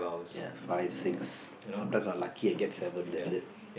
ya five six sometimes I lucky I get seven that's it